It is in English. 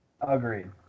Agreed